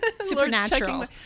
Supernatural